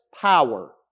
power